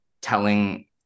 telling